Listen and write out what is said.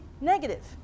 negative